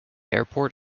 airport